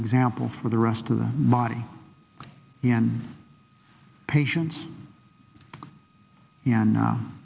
example for the rest of the body and patients and